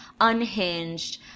unhinged